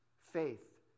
faith